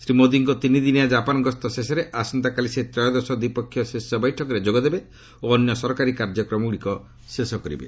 ଶ୍ରୀ ମୋଦିଙ୍କ ତିନିଦିନିଆ କାପାନ୍ ଗସ୍ତ ଶେଷରେ ଆସନ୍ତାକାଲି ସେ ତ୍ରୟୋଦଶ ଦ୍ୱିପକ୍ଷୀୟ ଶୀର୍ଷ ବୈଠକରେ ଯୋଗଦେବେ ଓ ଅନ୍ୟାନ୍ୟ ସରକାରୀ କାର୍ଯ୍ୟକ୍ରମଗୁଡ଼ିକ ଶେଷ କରିବେ